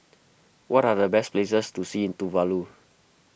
what are the best places to see in Tuvalu